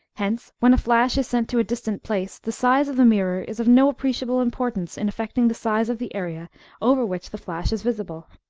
hence when a flash is sent to a distant place, the size of the mirror is of no appreciable importance in affecting the size of the area over which the flash is visible.